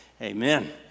Amen